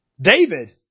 David